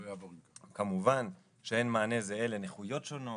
כמובן שאין מענה זהה לנכויות שונות,